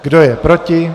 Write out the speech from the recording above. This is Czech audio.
Kdo je proti?